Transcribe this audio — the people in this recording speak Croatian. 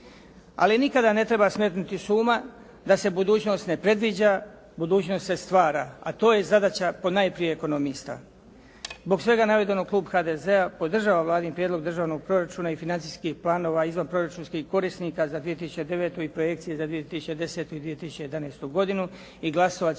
Ali nikada ne treba smetnuti s uma da se budućnost ne predviđa, budućnost se stvara, a to je zadaća ponajprije ekonomista. Zbog svega navedenog klub HDZ-a podržava Vladin Prijedlog državnog proračuna i financijskih planova i izvan proračunskih korisnika za 2009. i projekcije za 2010. i 2011. godinu i glasovat